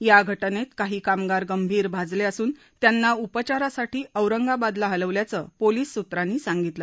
या घटनेत काही कामगार गंभीर भाजले असून त्यांना उपचारासाठी औरंगाबादला हलवल्याचं पोलीस सूत्रांनी सांगितलं